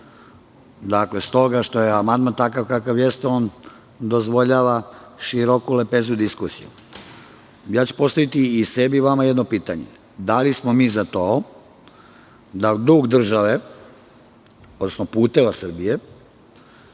Dakle, stoga što je amandman takav kakav jeste on dozvoljava široku lepezu diskusije. Postaviću i sebi i vama jedno pitanje. Da li smo mi za to da dug države, odnosno "Puteva Srbije",